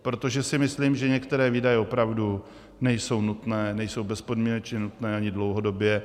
Protože si myslím, že některé výdaje opravdu nejsou nutné, nejsou bezpodmínečně nutné ani dlouhodobě.